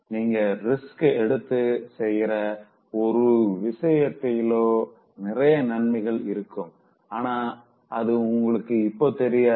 நீங்க ரிஸ்க் எடுத்து செய்யற ஒரு விஷயத்திலதா நிறைய நன்மைகள் இருக்கும் ஆனா அது உங்களுக்கு இப்போ தெரியாது